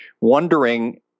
wondering